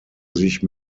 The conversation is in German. sich